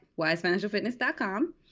wisefinancialfitness.com